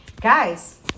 guys